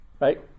Right